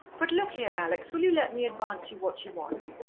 but look here, alex, will you let me advance you what you want?